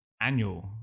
annual